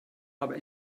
aber